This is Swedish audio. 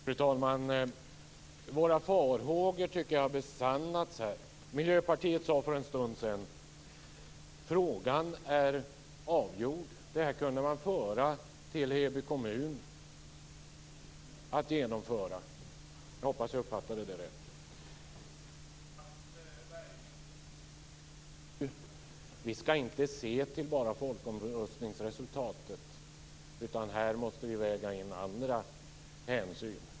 Fru talman! Jag tycker att våra farhågor har besannats här. Miljöpartiet sade för en stund sedan att frågan är avgjord. Det här kunde man föra över till Heby kommun att genomföra. Jag hoppas att jag uppfattade det rätt. Mats Berglind säger nu att vi inte bara skall se till folkomröstningsresultatet utan att vi också måste väga in andra hänsyn här.